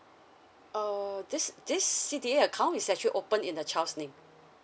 uh this this C_D_A account is actually opened in the child's name